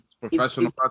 professional